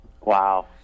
Wow